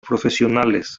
profesionales